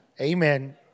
Amen